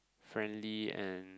friendly and